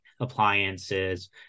appliances